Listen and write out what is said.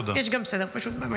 אבל יש גם סדר במליאה,